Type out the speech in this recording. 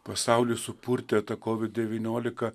pasaulį supurtė kovid devyniolika